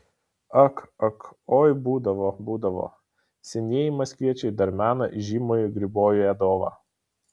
ak ak oi būdavo būdavo senieji maskviečiai dar mena įžymųjį gribojedovą